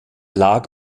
lag